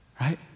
right